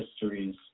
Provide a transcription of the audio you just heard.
histories